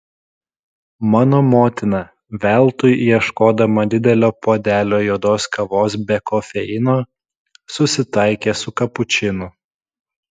mano motina veltui ieškodama didelio puodelio juodos kavos be kofeino susitaikė su kapučinu